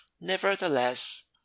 Nevertheless